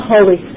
Holy